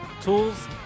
Tools